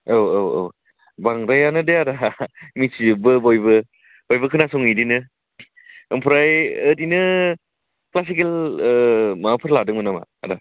औ औ औ बांद्रायानो दे आदा मिथिजोबो बयबो बयबो खोनासङो बिदिनो ओमफ्राय बिदिनो क्लासिकेल माबाफोर लादोंमोन नामा आदा